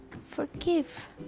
forgive